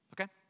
Okay